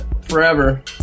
Forever